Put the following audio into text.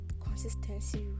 consistency